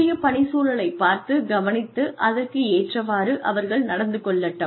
புதிய பணிச்சூழலை பார்த்து கவனித்து அதற்கு ஏற்றவாறு அவர்கள் நடந்து கொள்ளட்டும்